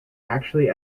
actually